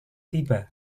tiba